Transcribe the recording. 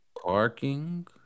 Parking